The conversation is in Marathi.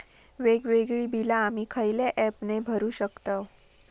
वेगवेगळी बिला आम्ही खयल्या ऍपने भरू शकताव?